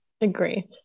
Agree